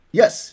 yes